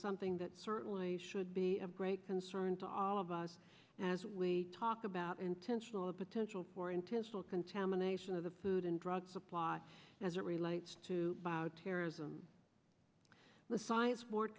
something that certainly should be of great concern to all of us as we talk about intentional a potential for intentional contamination of the food and drug supply as it relates to bioterrorism the science board